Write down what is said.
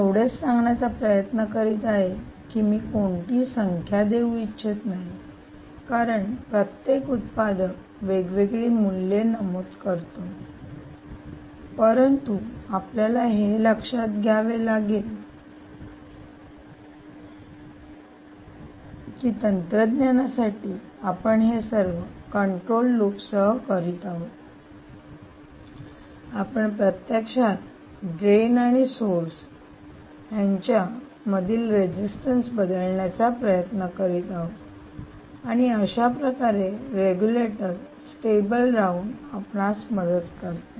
मी एवढेच सांगण्याचा प्रयत्न करीत आहे की मी कोणतीही संख्या देऊ इच्छित नाही कारण प्रत्येक उत्पादक वेगवेगळी मूल्ये नमूद करतो परंतु आपल्याला हे लक्षात घ्यावे लागेल की तंत्रज्ञानासाठी आपण हे सर्व कंट्रोल लूपसह करीत आहोत आपण प्रत्यक्षात ड्रेन आणि सोर्स यांच्या मधील रेजिस्टन्स बदलण्याचा प्रयत्न करीत आहोत आणि अशाप्रकारे रेगुलेटर स्टेबल राहून आपणास मदत करते